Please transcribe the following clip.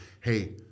Hey